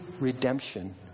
redemption